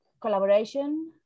Collaboration